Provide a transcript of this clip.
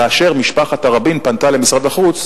כאשר משפחת תראבין פנתה למשרד החוץ